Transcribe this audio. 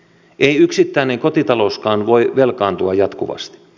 ei yksittäinen kotitalouskaan voi velkaantua jatkuvasti